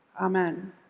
Amen